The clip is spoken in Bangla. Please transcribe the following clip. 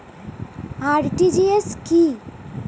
আর.টি.জি.এস কি?